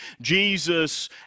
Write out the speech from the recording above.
Jesus